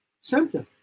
symptoms